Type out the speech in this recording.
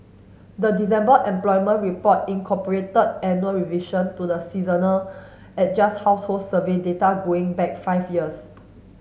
the December employment report incorporated annual revision to the seasonally adjust household survey data going back five years